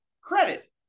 credit